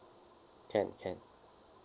can can